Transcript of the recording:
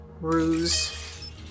Ruse